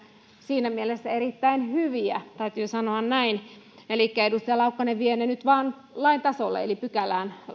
siinä mielessä erittäin hyviä täytyy sanoa näin elikkä edustaja laukkanen vie ne nyt vain lain tasolle eli pykälään